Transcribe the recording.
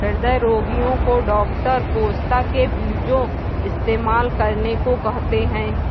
हृदय रोगीयो को डॉक्टर पोस्ता के बीजो इस्तेमाल करने को कहते है